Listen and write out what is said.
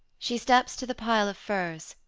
she steps to the pile of furs